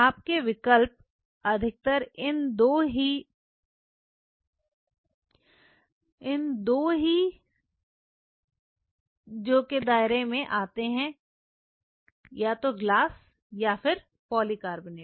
आपके विकल्प अधिकतर इन दो ही जो के दायरे में आते हैं या पॉलीकार्बोनेट